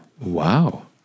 Wow